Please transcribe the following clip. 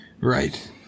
Right